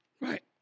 Right